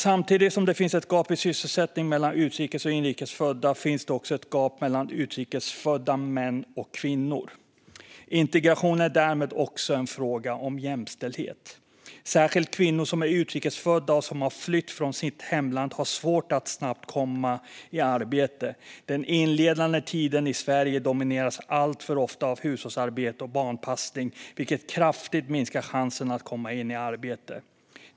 Samtidigt som det finns ett gap i fråga om sysselsättning mellan utrikes och inrikes födda finns det också ett gap mellan utrikes födda män och kvinnor. Integration är därmed också en fråga om jämställdhet. Särskilt kvinnor som är utrikes födda och som har flytt från sitt hemland har svårt att snabbt komma i arbete. Den inledande tiden i Sverige domineras alltför ofta av hushållsarbete och barnpassning, vilket kraftigt minskar chansen att komma in i arbete.